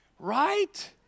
Right